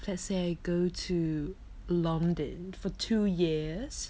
they say go to london for two years